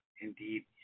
Indeed